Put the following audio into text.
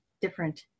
different